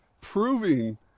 proving